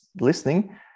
listening